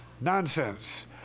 Nonsense